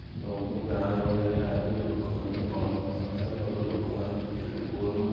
ସବୁ ଗାଁ ଗହଳିରେ ଆଗରୁ ଲୋକମାନେ ତ ନଳକୂଅ ନଥିଲା ସବୁ ଲୋକମାନେ କୂଅରୁ